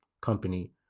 Company